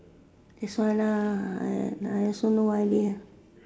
that's why lah I I also have no idea